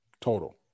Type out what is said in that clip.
total